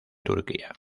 turquía